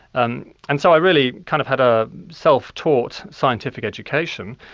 and and so i really kind of had a self-taught scientific education,